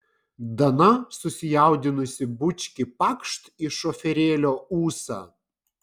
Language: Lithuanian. dana susijaudinusi bučkį pakšt į šoferėlio ūsą